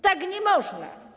Tak nie można.